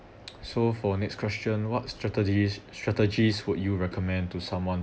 so for next question what strategies strategies would you recommend to someone